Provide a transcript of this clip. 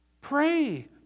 Pray